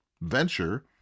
venture